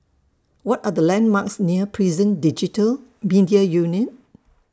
What Are The landmarks near Prison Digital Media Unit